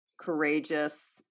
courageous